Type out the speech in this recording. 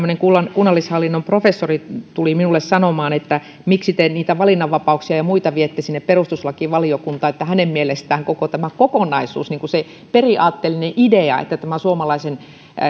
kunnallishallinnon professori tuli minulle sanomaan että miksi te niitä valinnanvapauksia ja muita viette sinne perustuslakivaliokuntaan että hänen mielestään koko tämä kokonaisuus se periaatteellinen idea että tämä suomalaisen